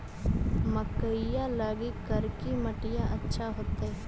मकईया लगी करिकी मिट्टियां अच्छा होतई